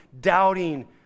doubting